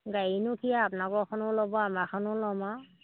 গাড়ীনো কি আৰু আপোনালোকৰখনো ল'ব আমাৰখনো ল'ম আৰু